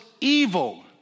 evil